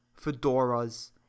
fedoras